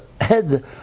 head